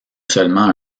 seulement